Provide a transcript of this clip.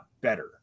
better